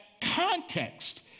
context